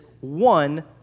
one